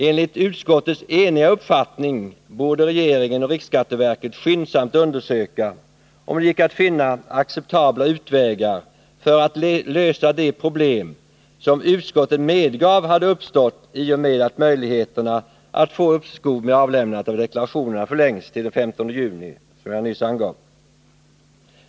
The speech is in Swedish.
Enligt utskottets enhälliga uppfattning borde regeringen och riksskatteverket skyndsamt undersöka om det går att finna acceptabla vägar för att lösa de problem som utskottet medgav hade uppstått i och med att möjligheten att få uppskov med avlämnandet av deklaration förlängts till den 15 juni, som jag nyss angav.